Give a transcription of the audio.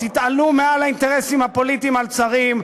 תתעלו מעל האינטרסים הפוליטיים הצרים,